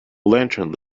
lantern